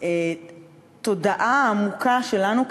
התודעה העמוקה שלנו,